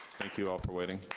thank you all for waiting.